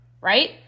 right